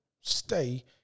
stay